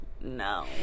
no